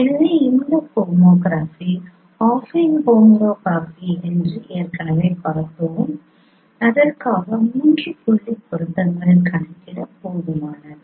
எனவே இந்த homography affine homography என்று ஏற்கனவே பார்த்தோம் அதற்காக 3 புள்ளி பொருத்தங்கள் கணக்கிட போதுமானது